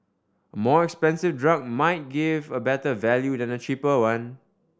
a more expensive drug might give a better value than a cheaper one